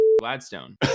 gladstone